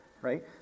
right